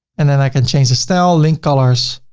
and then i can change the style, link, colors,